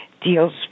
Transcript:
deals